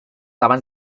abans